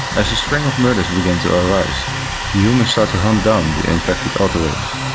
as a string of murders begin to arise, the humans start to hunt down the infected autoreivs.